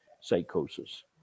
psychosis